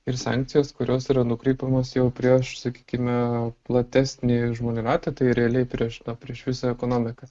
ir sankcijas kurios yra nukreipiamos jau prieš sakykime platesnį žmonių ratą tai realiai prieš prieš visą ekonomiką